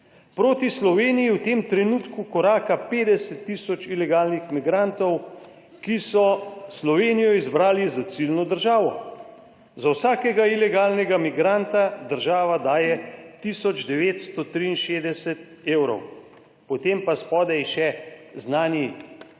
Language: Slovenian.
»Proti Sloveniji v tem trenutku koraka 50 tisoč ilegalnih migrantov, ki so Slovenijo izbrali za ciljno državo. Za vsakega ilegalnega migranta država daje tisoč 963 evrov.« Potem pa spodaj še znani